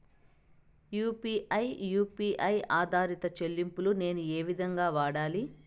UPI U P I ఆధారిత చెల్లింపులు నేను ఏ విధంగా వాడాలి?